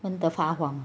闷得发疯